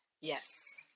Yes